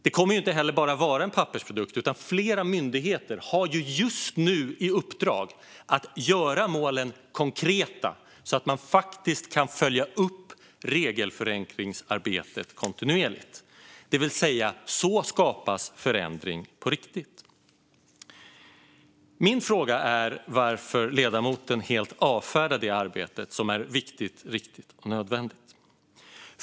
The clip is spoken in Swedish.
De kommer inte heller att vara bara en pappersprodukt, för flera myndigheter har fått i uppdrag att göra målen konkreta så att man kontinuerligt kan följa upp regelförenklingsarbetet. Så skapas förändring på riktigt. Varför avfärdar ledamoten detta arbete som är viktigt, riktigt och nödvändigt?